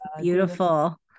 beautiful